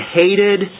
hated